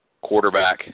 quarterback